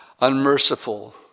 unmerciful